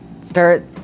start